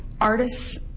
artists